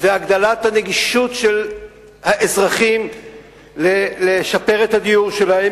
והגדלת הנגישות של האזרחים לשיפור הדיור שלהם